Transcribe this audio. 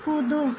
कूदू